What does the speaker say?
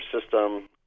system